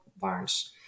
barns